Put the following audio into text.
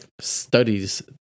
studies